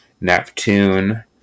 Neptune